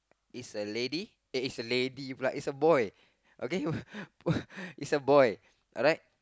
is a lady uh is a lady uh is a boy is a boy alright